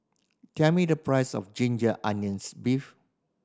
tell me the price of ginger onions beef